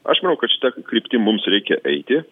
aš manau kad šita kryptim mums reikia eiti